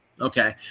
Okay